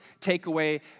takeaway